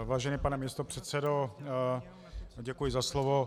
Vážený pane místopředsedo, děkuji za slovo.